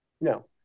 No